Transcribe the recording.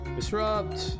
Disrupt